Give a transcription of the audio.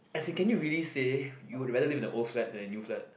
as in can you really say you would rather live in a old flat than a new flat